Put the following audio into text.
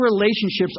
relationships